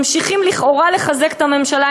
ממשיכים לכאורה לחזק את הממשלה.